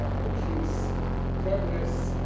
ah patrice douglas,